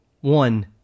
One